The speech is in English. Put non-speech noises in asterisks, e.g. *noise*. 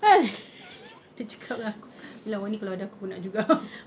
dia cakap dengan aku wani kalau ada aku nak juga *laughs*